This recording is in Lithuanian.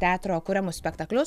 teatro kuriamus spektaklius